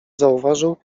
zauważył